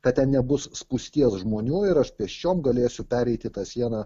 kad ten nebus spūsties žmonių ir aš pėsčiom galėsiu pereiti tą sieną